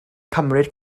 cymryd